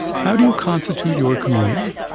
how do you constitute your community?